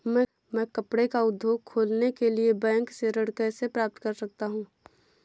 मैं कपड़े का उद्योग खोलने के लिए बैंक से ऋण कैसे प्राप्त कर सकता हूँ?